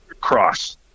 Cross